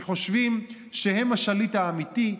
שחושבים שהם השליט האמיתי,